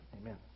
amen